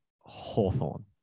Hawthorne